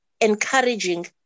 encouraging